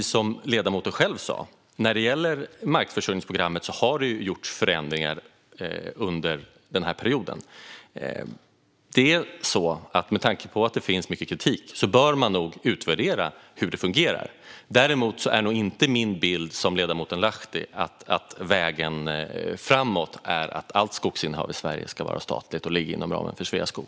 Som ledamoten själv sa har det gjorts förändringar i markförsörjningsprogrammet under perioden. Med tanke på att det finns mycket kritik bör man nog utvärdera hur det fungerar. Däremot är inte min bild densamma som ledamoten Lahtis: att vägen framåt är att allt skogsinnehav i Sverige ska vara statligt och ligga inom ramen för Sveaskog.